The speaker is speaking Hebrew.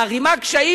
מערימה קשיים.